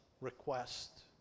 request